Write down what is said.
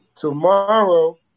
Tomorrow